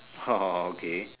orh okay